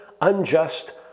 unjust